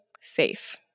safe